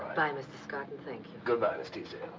bye, mr. scott. and thank you. good-bye, miss teasdale.